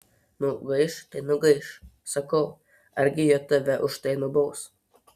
nugaiš tai nugaiš sakau argi jie tave už tai nubaus